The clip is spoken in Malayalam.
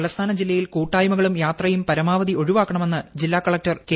തലസ്ഥാന ജില്ലയിൽ കൂട്ടായ്മകളും യാത്രയും പരമാവധി ഒഴിവാക്കണമെന്ന് ജില്ലാ കളക്ടർ കെ